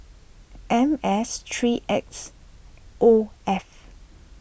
M S three X O F